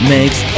Makes